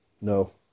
No